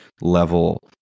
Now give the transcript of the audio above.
level